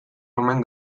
omen